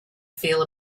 feel